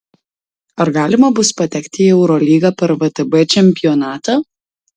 ar galima bus patekti į eurolygą per vtb čempionatą